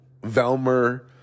Velmer